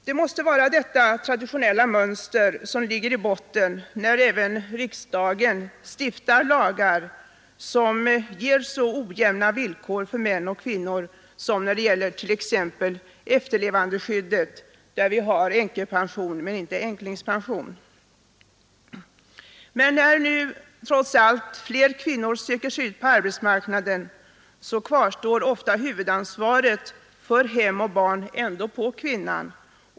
Det måste vara detta traditionella mönster som ligger i botten när även riksdagen stiftar lagar som ger så ojämna villkor för män och kvinnor som t.ex. när det gäller efterlevandeskyddet: vi har änkepension men inte änklingspension. Men när nu trots allt flera kvinnor söker sig ut på arbetsmarknaden kvarstår ändå huvudansvaret för hem och barn, som ofta läggs på kvinnan.